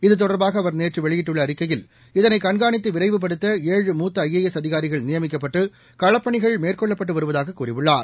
இது தொடர்பாகஅவர் நேற்றவெளியிட்டுள்ளஅறிக்கையில் இதனைகண்காணித்துவிரைவுபடுத்த ஏழு மூத்த ஐ ஏ எஸ் அதிகாரிகள் நியமிக்கப்பட்டுகளப்பணிகள் மேற்கொள்ளப்பட்டுவருவதாகக் கூறியுள்ளார்